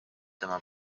tema